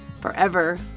forever